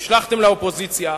נשלחתם לאופוזיציה,